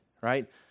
right